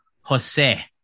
Jose